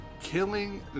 killing